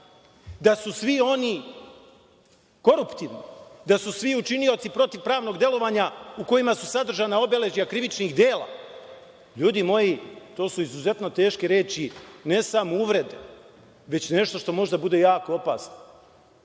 da su svi oni koruptivni, da su svi učinioci protivpravnog delovanja u kojima su sadržana obeležja krivičnih dela? LJudi moji, to su izuzetno teške reči, ne samo uvrede već nešto što može da bude jako opasno. Govori